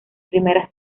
primeras